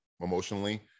emotionally